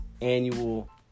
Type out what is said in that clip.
annual